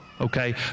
Okay